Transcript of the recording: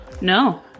No